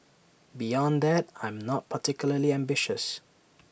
beyond that I am not particularly ambitious